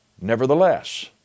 nevertheless